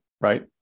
right